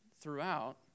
throughout